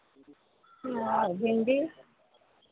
आओर भिण्डी